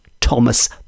Thomas